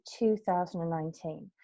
2019